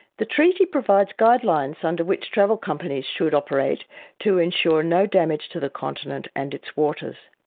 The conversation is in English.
the treaty provides guidelines under which travel companies should operate to ensure no damage to the continent and its waters.